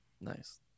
nice